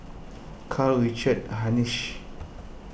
Karl Richard Hanitsch